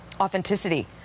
authenticity